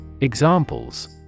Examples